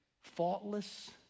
faultless